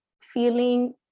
feeling